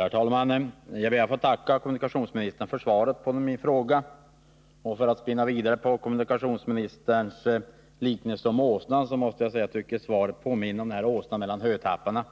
Herr talman! Jag ber att få tacka kommunikationsministern för svaret på min fråga. För att spinna vidare på liknelsen om åsnan vill jag säga att jag tycker att svaret påminner om åsnan mellan hötapparna.